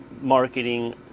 marketing